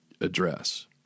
address